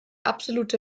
absolute